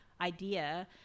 idea